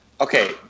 Okay